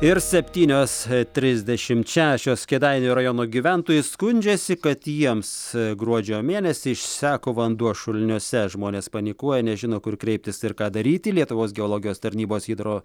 ir septynios trisdešimt šešios kėdainių rajono gyventojai skundžiasi kad jiems gruodžio mėnesį išseko vanduo šuliniuose žmonės panikuoja nežino kur kreiptis ir ką daryti lietuvos geologijos tarnybos hidro